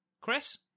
Chris